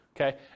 Okay